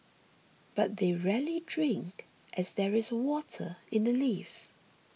but they rarely drink as there is water in the leaves